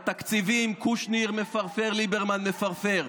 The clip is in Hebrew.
בתקציבים קושניר מפרפר, ליברמן מפרפר.